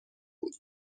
بود